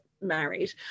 married